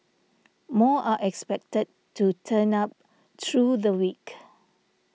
more are expected to turn up through the week